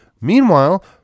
Meanwhile